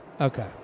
Okay